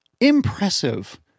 impressive